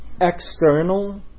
external